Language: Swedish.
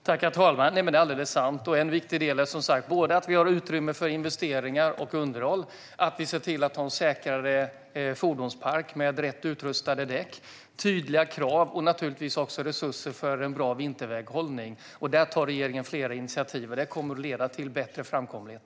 Herr talman! Det är alldeles sant. Därför är det viktigt att vi har utrymme för både investeringar och underhåll, att vi har en säkrare fordonspark med rätt utrustade däck, att vi ställer tydliga krav och att vi har resurser för en bra vinterväghållning. Här tar regeringen flera initiativ som kommer att leda till bättre framkomlighet.